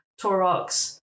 Torox